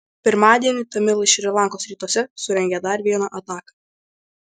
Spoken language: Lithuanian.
pirmadienį tamilai šri lankos rytuose surengė dar vieną ataką